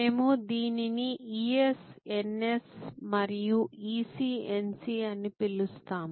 మేము దీనిని ES NS మరియు EC NC అని పిలుస్తాము